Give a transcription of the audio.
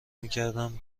میکردم